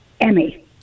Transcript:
Emmy